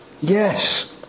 Yes